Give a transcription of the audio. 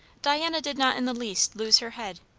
diana did not in the least lose her head,